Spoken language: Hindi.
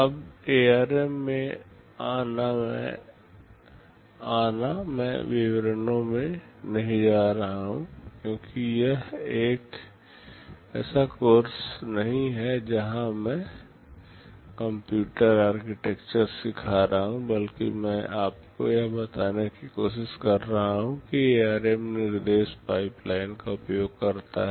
अब ARM में आना मैं विवरणों में नहीं जा रहा हूं क्योंकि यह एक ऐसा कोर्स नहीं है जहां मैं कंप्यूटर आर्किटेक्चर सिखा रहा हूं बल्कि मैं आपको यह बताने की कोशिश कर रहा हूं कि ARM निर्देश पाइपलाइन का उपयोग करता है